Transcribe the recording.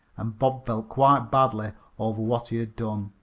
and bob felt quite badly over what he had done,